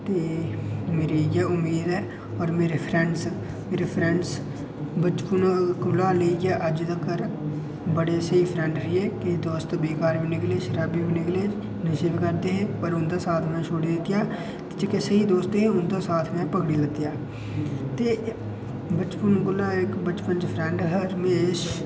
ते मेरी इ'यै उम्मीद ऐ होर मेरे फ्रैंड मेरे फ्रैंड बचपुनै कोला लेइयै अज्ज तक्कर बड़े स्हेई फ्रैंड रेह् किश दोस्त बेकार बी निकले शराबी बी निकले नशे बी करदे हे पर उं'दा साथ में छोड़ी दित्ता ते जेह्के स्हेई दोस्त हे उं'दा साथ में पकड़ी लैता ते बचपन कोला ते बचपन च इक फ्रैंड हा रमेश